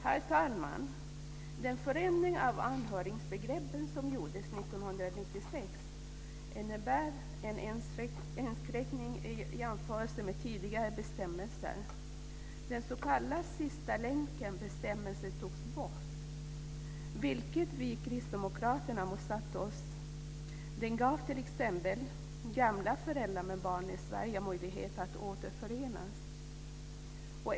Herr talman! Den förändring av anhörigbegreppet som gjordes 1996 innebär en inskränkning i jämförelse med tidigare bestämmelser. Den s.k. sista-länkenbestämmelsen togs bort, vilket vi kristdemokrater motsatte oss. Den gav t.ex. gamla föräldrar med barn i Sverige möjlighet att återförenas.